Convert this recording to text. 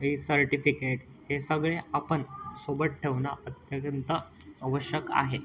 हे सर्टिफिकेट हे सगळे आपण सोबत ठेवणं अत्यंत आवश्यक आहे